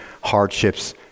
hardships